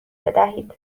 بدهید